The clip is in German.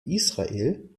israel